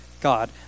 God